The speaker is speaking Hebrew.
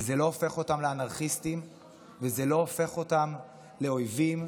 וזה לא הופך אותם לאנרכיסטים וזה לא הופך אותם לאויבים,